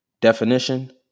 Definition